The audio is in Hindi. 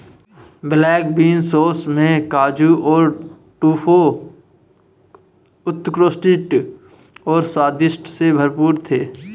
ब्लैक बीन सॉस में काजू और टोफू उत्कृष्ट और स्वाद से भरपूर थे